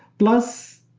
plus,